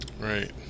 Right